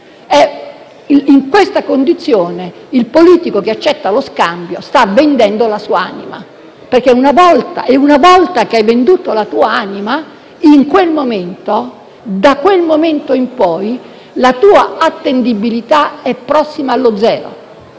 In questa condizione, il politico che accetta lo scambio sta vendendo la sua anima. Una volta che hai venduto la tua anima, a partire da quel momento in poi, la tua attendibilità è prossima allo zero,